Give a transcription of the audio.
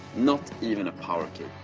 not even a power